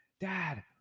Dad